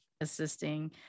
assisting